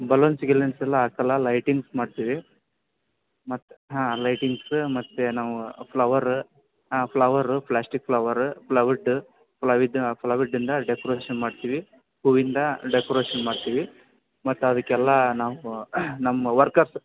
balloons ಗಿಲೂನ್ಸ್ ಎಲ್ಲ ಹಾಕಲ್ಲ ಲೈಟಿಂಗ್ಸ್ ಮಾಡ್ತಿವಿ ಮತ್ತೆ ಹಾಂ ಲೈಟಿಂಗ್ಸ್ ಮತ್ತೆ ನಾವು ಫ್ಲವರ್ ಹಾಂ ಫ್ಲವರ್ ಪ್ಲಾಸ್ಟಿಕ್ ಫ್ಲವರ್ ಫ್ಲವಿಡ್ ಫ್ಲವಿಡ್ ಫ್ಲವಿಡಿಂದ ಡೆಕೊರೇಷನ್ ಮಾಡ್ತಿವಿ ಹೂವಿಂದ ಡೆಕೊರೇಷನ್ ಮಾಡ್ತಿವಿ ಮತ್ತೆ ಅದಿಕ್ಕೆಲ್ಲ ನಾವು ನಮ್ಮ ವರ್ಕರ್ಸ್